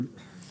כמו אירופה.